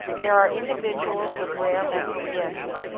there are individuals with rare mental gifts,